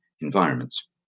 environments